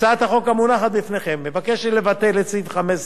הצעת החוק המונחת לפניכם מבקשת לבטל את סעיף 15